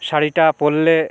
শাড়িটা পরলে